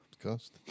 cost